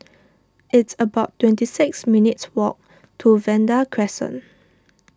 it's about twenty six minutes' walk to Vanda Crescent